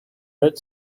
red